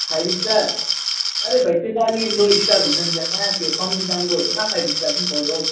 five star अरे भाइ त्यो त अलिक लो स्टार हुन्छ नि त कहाँ त्यो कम्ती दामहरूको त कहाँ फाइभ स्टार पाउँछ हौ